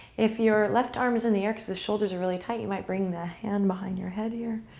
if you're left arm is in the air because the shoulders are really tight, you might bring the hand behind your head here.